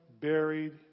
buried